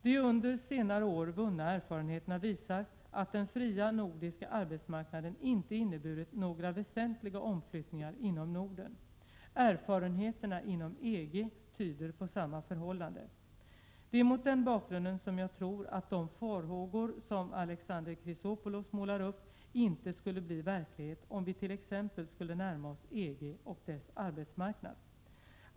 De under senare år vunna erfarenheterna visar att den fria nordiska arbetsmarknaden inte inneburit några väsentliga omflyttningar inom Norden. Erfarenheterna inom EG tyder på samma förhållande. Det är mot den bakgrunden som jag tror att de farhågor som Alexander Chrisopoulos målar upp inte skulle bli verklighet om vi t.ex. skulle närma oss EG och dess arbetsmarknad.